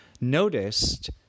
noticed